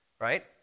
right